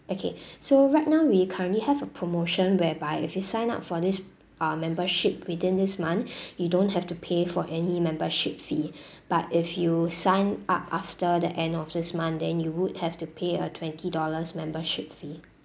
okay so right now we currently have a promotion whereby if you sign up for this uh membership within this month you don't have to pay for any membership fee but if you sign up after the end of this month then you would have to pay a twenty dollars membership fee